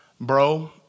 Bro